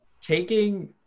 taking